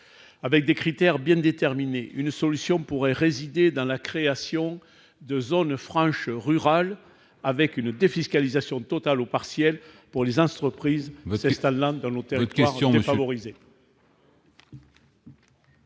Avec des critères bien déterminés, une solution pourrait résider dans la création de zones franches rurales garantissant une défiscalisation totale ou partielle aux entreprises s'installant dans nos territoires défavorisés.